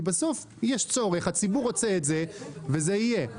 כי בסוף יש צורך, הציבור רוצה את זה, וזה יהיה.